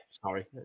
sorry